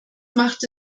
macht